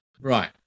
Right